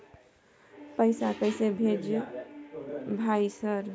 पैसा कैसे भेज भाई सर?